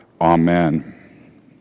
Amen